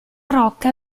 rocca